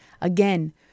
Again